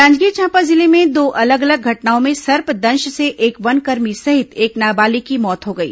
जांजगीर चांपा जिले में दो अलग अलग घटनाओं में सर्पदंश से एक वनकर्मी सहित एक नाबालिग की मौत हो गई